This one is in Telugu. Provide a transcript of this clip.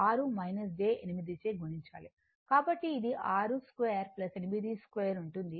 కాబట్టి ఇది 6 2 82 ఉంటుంది